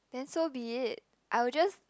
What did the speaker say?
then so be it I will just